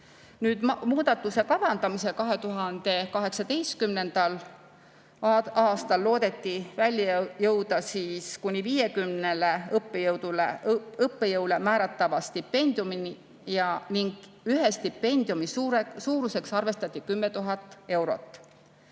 Muudatuse kavandamisel 2018. aastal loodeti välja jõuda kuni 50 õppejõule määratava stipendiumini ning ühe stipendiumi suuruseks arvestati 10 000 eurot.